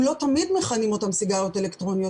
הם לא תמיד מכנים אותם סיגריות אלקטרוניות.